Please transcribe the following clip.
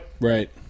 Right